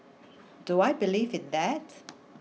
do I believe in that